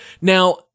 now